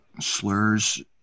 slurs